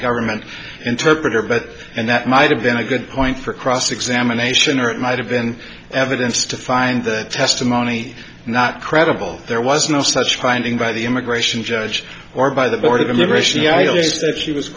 government interpreter but and that might have been a good point for cross examination or it might have been evidence to find that testimony not credible there was no such finding by the immigration judge or by the